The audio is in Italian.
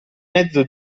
mezzo